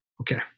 Okay